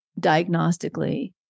diagnostically